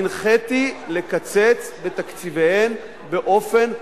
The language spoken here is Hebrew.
הנחיתי לקצץ בתקציביהם באופן פרופורציונלי,